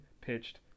pitched